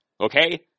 Okay